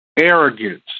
arrogance